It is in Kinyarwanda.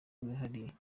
bwihariye